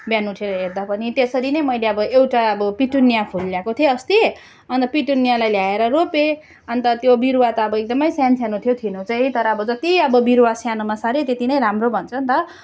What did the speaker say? बिहान उठेर हेर्दा पनि त्यसरी नै मैले अब एउटा अब पिटोनिया फुल ल्याएको थिएँ अस्ति अन्त पिटोनियालाई ल्याएर रोपेँ अन्त त्यो बिरुवा त अब एकदमै सान्सानो थियो थिन चाहिँ तर अब जति अब बिरुवा सानोमा साऱ्यो त्यति नै राम्रो भन्छन् त